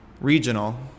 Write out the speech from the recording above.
regional